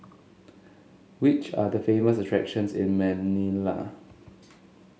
which are the famous attractions in Manila